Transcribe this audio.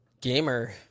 gamer